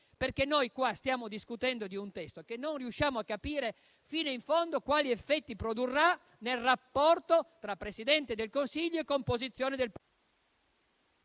effetti. Noi stiamo discutendo di un testo del quale non riusciamo a capire fino in fondo quali effetti produrrà, nel rapporto tra Presidente del Consiglio e composizione del Parlamento.